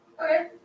Okay